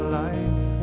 life